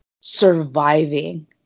surviving